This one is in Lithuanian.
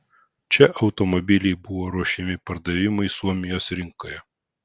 čia automobiliai buvo ruošiami pardavimui suomijos rinkoje